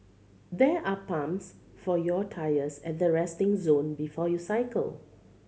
there are pumps for your tyres at the resting zone before you cycle